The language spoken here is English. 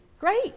Great